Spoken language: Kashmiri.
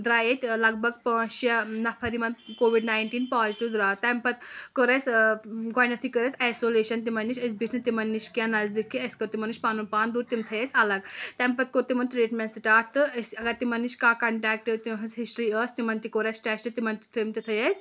درٛایہِ ییٚتہِ لگ بگ پانٛژھ شیےٚ نَفر یِمن کووِڈ نَیٹیٖن پازِٹو دروو تَمہِ پَتہٕ کوٚر اَسہِ گۄڈٕ نیٚتھٕے کٔر اَسہِ ایٚسولیٚشن تِمن نِش أسۍ بیٖٹھ نہٕ تِمن نِش کیٚنٛہہ نَزدیٖک کینٛہہ اَسہِ کوٚر تِمن نِش پَنُن پان دوٗر تِم تھٲے اَسہِ اَلگ تَمہِ پَتہٕ کوٚر تِمن ٹریٖٹمیٚنٛٹ سِٹارٹ تہٕ أسۍ اَگر تِمن نِش کانٛہہ کنٛٹیٚکٹ تِہنٛز ہسٹری ٲسۍ تِمن تہِ کوٚر اَسہِ ٹیٚسٹ تِمن تہِ تِم تہِ تھٲے اسہِ